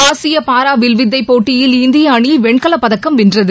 ஆசிய பாரா வில்வித்தைப் போட்டியில் இந்திய அணி வெண்கலப்பதக்கம் வென்றது